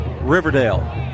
Riverdale